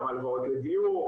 גם הלוואות לדיור.